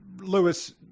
Lewis